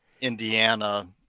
Indiana